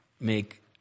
make